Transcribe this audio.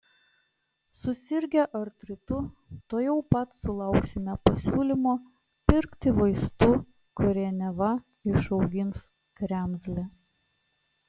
susirgę artritu tuojau pat sulauksime pasiūlymo pirkti vaistų kurie neva išaugins kremzlę